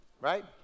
right